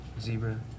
Zebra